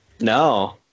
No